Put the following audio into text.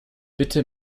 bitte